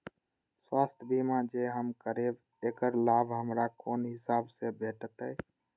स्वास्थ्य बीमा जे हम करेब ऐकर लाभ हमरा कोन हिसाब से भेटतै?